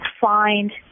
find